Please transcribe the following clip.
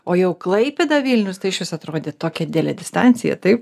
o jau klaipėda vilnius tai išvis atrodė tokia didelė distancija taip